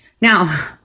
Now